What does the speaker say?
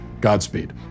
Godspeed